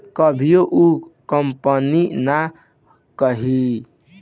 कभियो उ कंपनी ना कहाई